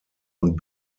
und